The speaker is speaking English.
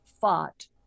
fought